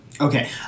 Okay